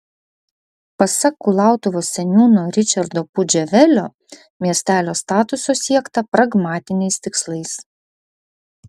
pasak kulautuvos seniūno ričardo pudževelio miestelio statuso siekta pragmatiniais tikslais